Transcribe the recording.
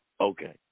Okay